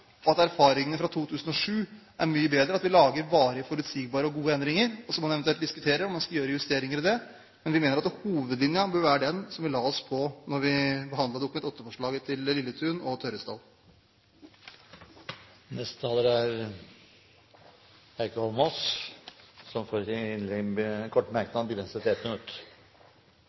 Erfaringene fra 2007 er mye bedre. Vi laget varige, forutsigbare og gode endringer, og så må man eventuelt diskutere om man skal gjøre justeringer der. Men vi mener at hovedlinjen bør være den som vi la oss på da vi behandlet Dokument nr. 8-forslaget fra Lilletun og Tørresdal. Representanten Heikki Holmås har hatt ordet to ganger tidligere og får ordet til en kort merknad, begrenset til 1 minutt.